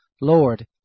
Lord